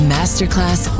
Masterclass